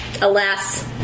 alas